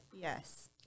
Yes